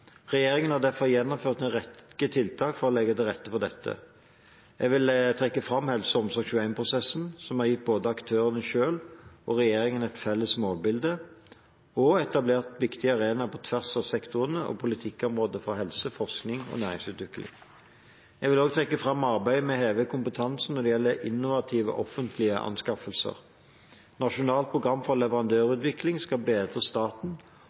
Regjeringen har derfor gjennomført en rekke tiltak for å legge til rette for dette. Jeg vil trekke fram HelseOmsorg2l-prosessen, som har gitt både aktørene selv og regjeringen et felles målbilde og etablert viktige arenaer på tvers av sektorene og politikkområdene for helse, forskning og næringsutvikling. Jeg vil også trekke fram arbeidet med å heve kompetansen når det gjelder innovative offentlige anskaffelser. Nasjonalt program for leverandørutvikling skal bedre